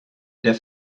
der